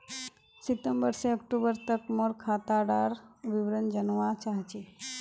सितंबर से अक्टूबर तक मोर खाता डार विवरण जानवा चाहची?